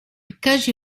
because